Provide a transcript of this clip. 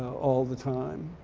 all the time.